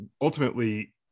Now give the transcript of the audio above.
ultimately